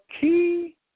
key